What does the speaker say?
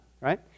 right